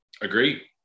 agree